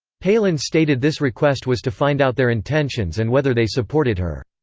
palin stated this request was to find out their intentions and whether they supported her.